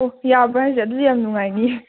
ꯑꯣ ꯌꯥꯕ꯭ꯔꯥ ꯍꯥꯏꯁꯦ ꯑꯗꯨꯗꯤ ꯌꯥꯝ ꯅꯨꯡꯉꯥꯏꯅꯤꯌꯦ